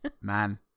Man